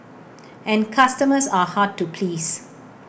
and customers are hard to please